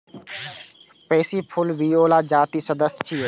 pansy फूल viola जातिक सदस्य छियै